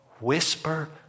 whisper